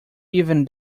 even